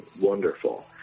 wonderful